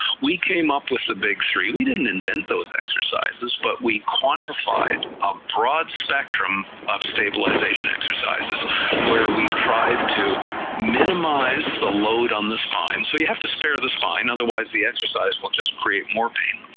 we came up with the big three, we didn't invent those exercises but we quantified a broad spectrum of stabilization exercises where we try to minimize the load on the spine, so you have to spare the spine, otherwise the exercise will just create more pain,